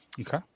Okay